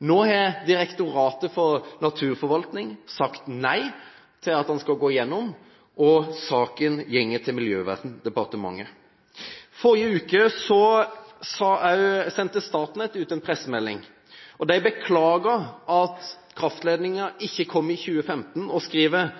Nå har Direktoratet for naturforvaltning sagt nei til at den skal gå gjennom, og saken går til Miljøverndepartementet. I forrige uke sendte Statnett ut en pressemelding. De beklager at kraftledningen ikke kommer i 2015, og